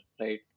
right